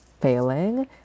failing